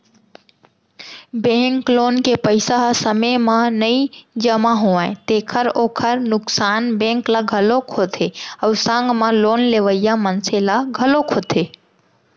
bank loan के पइसा ह समे म नइ जमा होवय तेखर ओखर नुकसान बेंक ल घलोक होथे अउ संग म लोन लेवइया मनसे ल घलोक होथे